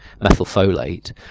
methylfolate